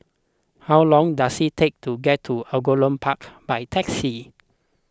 how long does it take to get to Angullia Park by taxi